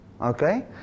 Okay